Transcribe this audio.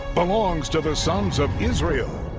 belongs to the sons of israel.